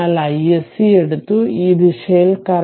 അതിനാൽiSC എടുത്തു ഈ ദിശയിൽ